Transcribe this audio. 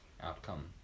outcome